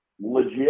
legit